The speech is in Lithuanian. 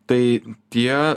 tai tie